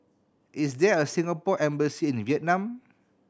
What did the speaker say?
is there a Singapore Embassy in Vietnam